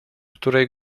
której